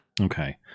Okay